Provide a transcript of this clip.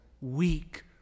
weak